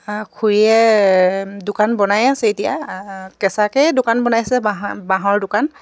খুৰীয়ে দোকান বনাই আছে এতিয়া কেঁচাকেই দোকান বনাইছে বাঁহ বাঁহৰ দোকান